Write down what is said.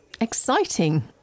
Exciting